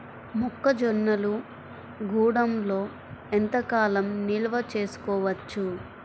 మొక్క జొన్నలు గూడంలో ఎంత కాలం నిల్వ చేసుకోవచ్చు?